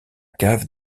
cave